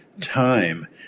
time